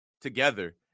together